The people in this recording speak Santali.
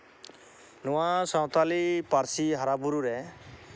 ᱱᱚᱣᱟ ᱥᱟᱶᱛᱟᱞᱤ ᱯᱟᱹᱨᱥᱤ ᱦᱟᱨᱟᱼᱵᱩᱨᱩ ᱨᱮ